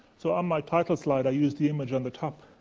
so, on my title slide, i used the image on the top,